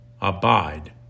Abide